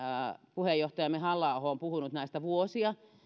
puheenjohtajamme halla aho on puhunut näistä vuosia